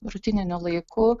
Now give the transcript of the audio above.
rutininiu laiku